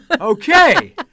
Okay